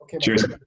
Cheers